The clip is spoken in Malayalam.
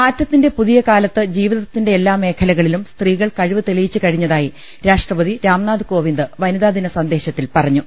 മാറ്റത്തിന്റെ പുതിയകാലത്ത് ജീവിതത്തിന്റെ എല്ലാ മേഖലകളിലും സ്ത്രീകൾ കഴിവ് തെളിയിച്ച് കഴിഞ്ഞതായി രാഷ്ട്രപതി രാംനാഥ് കോവിന്ദ് വനിതാ ദിന സന്ദേശത്തിൽ പറഞ്ഞു